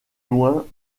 loin